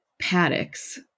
paddocks